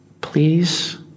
please